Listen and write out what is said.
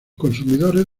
consumidores